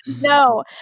No